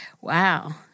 wow